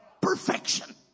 perfection